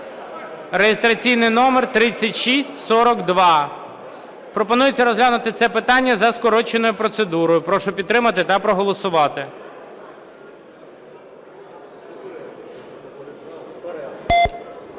(реєстраційний номер 3642). Пропонується розглянути це питання за скороченою процедурою. Прошу підтримати та проголосувати.